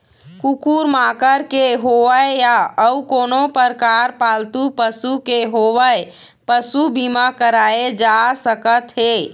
कुकुर माकर के होवय या अउ कोनो परकार पालतू पशु के होवय पसू बीमा कराए जा सकत हे